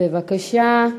בבקשה,